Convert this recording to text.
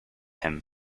him